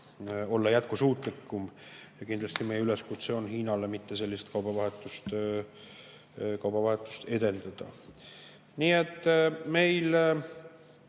olla jätkusuutlikum. Kindlasti on meie üleskutse Hiinale mitte sellist kaubavahetust edendada. Nii et me,